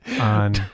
on